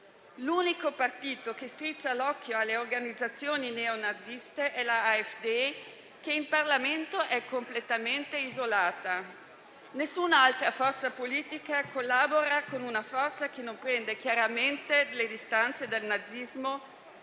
L'unico partito che strizza l'occhio alle organizzazioni neonaziste è l'Alternative für Deutschland (AFD), che in Parlamento è completamente isolato. Nessun'altra forza politica collabora con una che non prende chiaramente le distanze dal nazismo